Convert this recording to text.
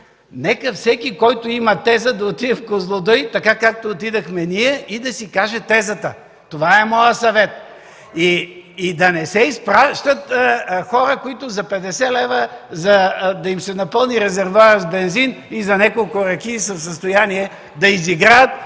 Нека всеки, който има теза, да отиде в „Козлодуй”, така както отидохме ние, и да си каже тезата. Това е моят съвет. И да не изпращат хора, които за 50 лв., за да им се напълни резервоарът с бензин и за няколко ракии са в състояние да изиграят